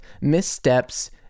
missteps